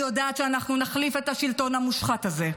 אני יודעת שאנחנו נחליף את השלטון המושחת הזה,